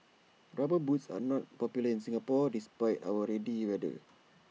rubber boots are not popular in Singapore despite our rainy weather